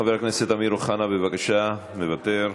חבר הכנסת אמיר אוחנה, בבקשה, מוותר.